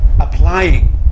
applying